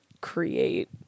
create